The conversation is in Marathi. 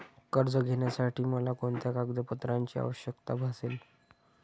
कर्ज घेण्यासाठी मला कोणत्या कागदपत्रांची आवश्यकता भासेल?